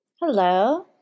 Hello